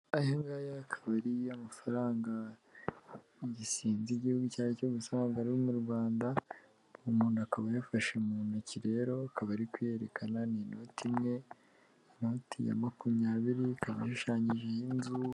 Ayangaya akaba ari amafaranga ibusinzi igihugu icyacyo gusa ntago ari mu Rwanda umuntu akaba ayafashe mu ntoki rero akaba ari kuyerekana ni inota imwe inoti ya makumyabiri ikaba ishushanyijeho nzu.